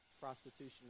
Prostitution